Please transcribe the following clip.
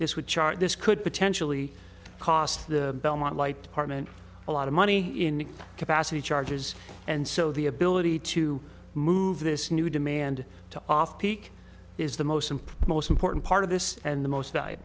this would charge this could potentially cost the belmont light department a lot of money in capacity charges and so the ability to move this new demand to off peak is the most important porton part of this and the most